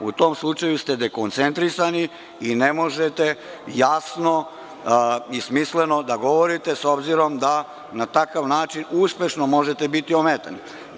U tom slučaju ste dekoncentrisani i ne možete jasno i smisleno da govorite, s obzirom da na takav način uspešno možete biti ometani.